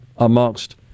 amongst